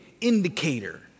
indicator